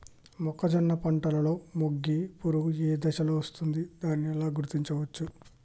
మొక్కజొన్న పంటలో మొగి పురుగు ఏ దశలో వస్తుంది? దానిని ఎలా గుర్తించవచ్చు?